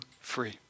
free